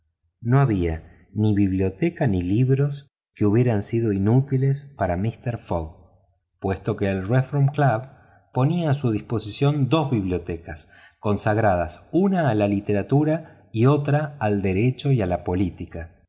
no había ni biblioteca ni libros que hubieran sido inútiles para míster fogg puesto que el reform club ponía a su disposición dos bibliotecas consagradas una a la literatura y otra al derecho y a la política